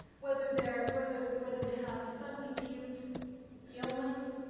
whether their whether, whether they have a sudden acute illness,